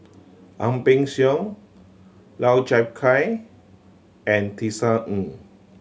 Ang Peng Siong Lau Chiap Khai and Tisa Ng